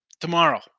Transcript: tomorrow